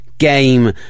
game